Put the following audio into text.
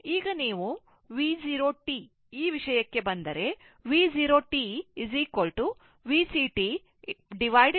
ಈಗ ನೀವು V 0 t ಈ ವಿಷಯಕ್ಕೆ ಬಂದರೆ V 0 t VCt8040 ಆಗಿರುತ್ತದೆ